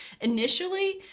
initially